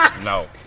No